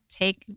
take